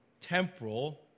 temporal